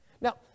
Now